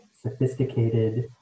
sophisticated